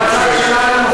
אני רוצה לשאול אותך שאלה.